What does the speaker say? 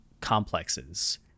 complexes